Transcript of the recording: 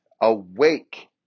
awake